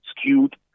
skewed